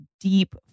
deep